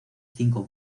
cinco